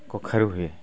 କଖାରୁ ହୁଏ